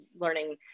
learning